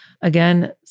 Again